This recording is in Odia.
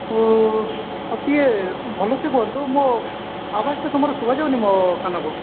ଓ ଆଉ ଟିକିଏ ଭଲସେ କୁହନ୍ତୁ ମୋ ଆବାଜ୍ଟା ତୁମର ଶୁଭାଯାଉନି ମୋ କାନକୁ